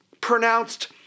pronounced